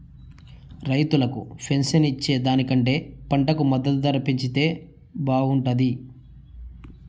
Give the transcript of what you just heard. రైతులకు పెన్షన్ ఇచ్చే దానికంటే పంటకు మద్దతు ధర పెంచితే బాగుంటాది